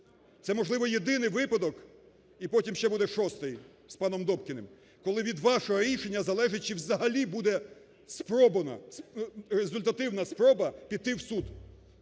Це, можливо, єдиний випадок і потім ще буде шостий з паном Добкіним, коли від вашого рішення залежить, чи взагалі буде результативна спроба піти в суд.